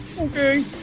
Okay